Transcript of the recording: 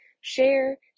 share